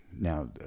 now